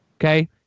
Okay